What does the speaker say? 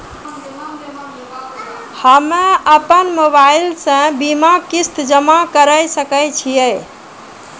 हम्मे अपन मोबाइल से बीमा किस्त जमा करें सकय छियै?